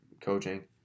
coaching